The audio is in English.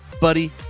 Buddy